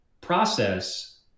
process